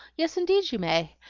yes, indeed you may.